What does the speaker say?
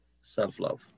self-love